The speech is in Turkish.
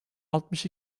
altmış